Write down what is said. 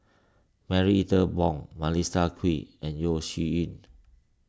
Marie Ethel Bong Melissa Kwee and Yeo Shih Yun